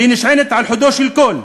שנשענת על חודו של קול.